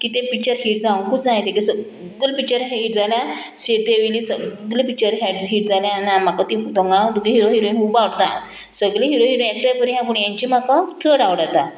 कितें picture hit जावंकूच जाय तेगे सगले पिक्चर हीट जाल्या श्रीदेवीली सगले पिक्चर हीट जाल्या म्हाका ती थंगा तुगे हिरो हिरोइन खूब आवडटा सगली हिरो हिरोइन एक्टर बरी आहा पूण हेंची म्हाका चड आवडटा